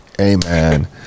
amen